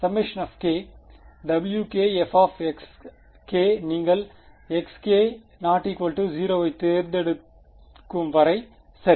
kwk fநீங்கள் xk 0 ஐ தேர்ந்தெடுக்கும் வரை சரி